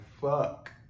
fuck